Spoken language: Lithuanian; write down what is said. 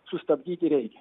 sustabdyti reikia